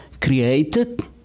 created